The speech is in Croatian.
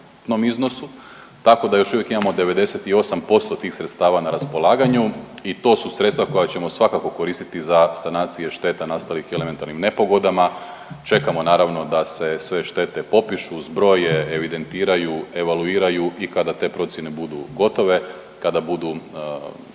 tako da još uvijek imamo 98% tih sredstava na raspolaganju i to su sredstva koja ćemo svakako koristiti za sanacije šteta nastalih elementarnim nepogodama. Čekamo naravno da se sve štete popišu, zbroje, evidentiraju, evaluiraju i kada te procjene budu gotove, kada budu